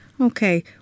Okay